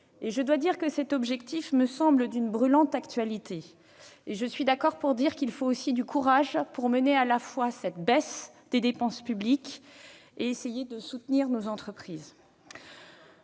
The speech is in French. Je dois dire que cet objectif me semble d'une brûlante actualité. Je suis d'accord pour dire qu'il faut aussi du courage pour mener cette baisse des dépenses publiques et essayer de soutenir nos entreprises,